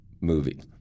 movie